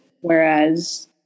whereas